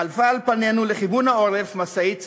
חלפה על פנינו לכיוון העורף משאית צבאית.